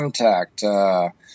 Contact